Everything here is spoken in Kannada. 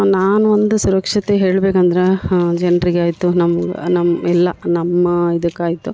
ನಾನು ಒಂದು ಸುರಕ್ಷತೆ ಹೇಳ್ಬೇಕು ಅಂದ್ರೆ ಜನ್ರಿಗೆ ಆಯಿತು ನಮ್ಮ ನಮ್ಮ ಎಲ್ಲ ನಮ್ಮ ಇದಕ್ಕೆ ಆಯಿತು